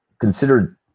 considered